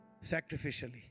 sacrificially